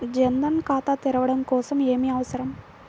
జన్ ధన్ ఖాతా తెరవడం కోసం ఏమి అవసరం?